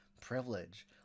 privilege